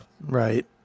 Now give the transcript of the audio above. right